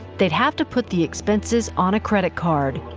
they'd have to put the expenses on a credit card.